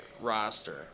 roster